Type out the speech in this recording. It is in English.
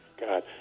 God